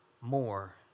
more